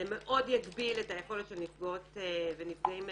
זה מאוד יגביל את היכולת של נפגעות ונפגעים